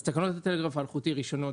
תקנות הטלגרף האלחוטי (רישיונות,